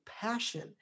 passion